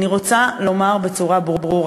אני רוצה לומר בצורה ברורה: